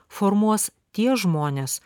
formuos tie žmonės